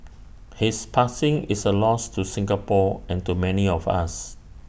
his passing is A loss to Singapore and to many of us